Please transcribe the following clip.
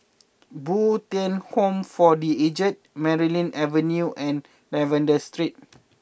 Bo Tien Home for the Aged Merryn Avenue and Lavender Street